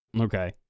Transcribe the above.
Okay